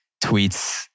tweets